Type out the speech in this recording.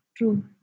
True